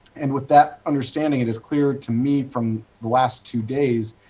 and with that understanding, it is clear to me from the last two days,